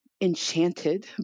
enchanted